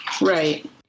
Right